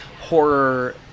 horror